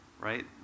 Right